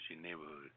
neighborhood